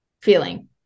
feeling